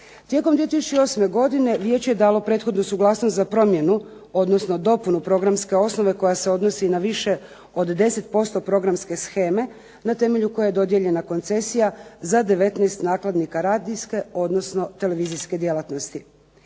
Tijekom 2008. Vijeće je dalo prethodnu suglasnost za promjenu odnosno dopunu programske osnove koja se odnosi na više od 10% programske sheme na temelju koje je dodijeljena koncesija za 19 nakladnika radijske odnosno televizijske djelatnosti.